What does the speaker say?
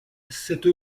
cette